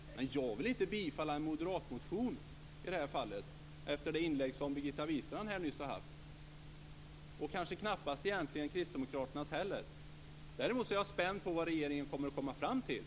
Men jag vill inte bifalla moderaternas motion i frågan efter det anförande som Birgitta Wistrand nyss har hållit, och kanske knappast heller kristdemokraternas. Däremot är jag spänd på vad regeringen ska komma fram till.